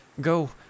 go